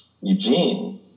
Eugene